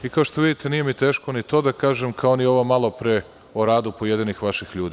I kao što vidite nije mi teško ni to da kažem kao ni ovo malo pre o radu pojedinih vaših ljudi.